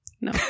no